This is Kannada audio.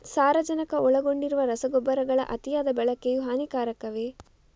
ಸಾರಜನಕ ಒಳಗೊಂಡಿರುವ ರಸಗೊಬ್ಬರಗಳ ಅತಿಯಾದ ಬಳಕೆಯು ಹಾನಿಕಾರಕವೇ?